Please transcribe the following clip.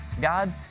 God